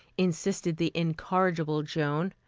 insisted the incorrigible joan.